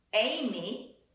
Amy